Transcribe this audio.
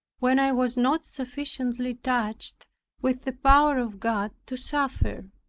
when i was not sufficiently touched with the power of god to suffer.